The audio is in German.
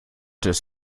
des